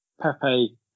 Pepe